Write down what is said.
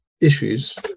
issues